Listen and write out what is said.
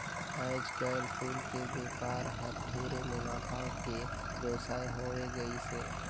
आयज कायल फूल के बेपार हर ढेरे मुनाफा के बेवसाय होवे गईस हे